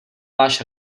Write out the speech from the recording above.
váš